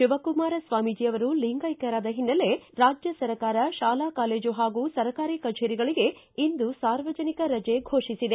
ಶಿವಕುಮಾರ ಸ್ವಾಮೀಜಿ ಅವರು ಲಿಂಗೈಕ್ಷರಾದ ಹಿನ್ನೆಲೆ ರಾಜ್ಯ ಸರ್ಕಾರ ಶಾಲಾ ಕಾಲೇಜು ಹಾಗೂ ಸರ್ಕಾರಿ ಕಚೇರಿಗಳಿಗೆ ಇಂದು ಸಾರ್ವಜನಿಕ ರಜೆ ಫೋಷಿಸಿದೆ